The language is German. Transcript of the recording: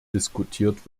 diskutiert